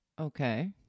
Okay